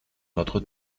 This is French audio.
notre